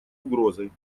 угрозой